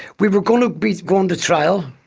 we were going to be going to trial,